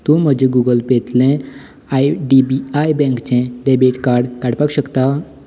तूं म्हजें गुगल पेतलें आय डी बी आय बँकचें डॅबीट काड काडपाक शकता